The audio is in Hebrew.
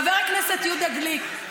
חבר הכנסת יהודה גליק,